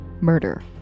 murder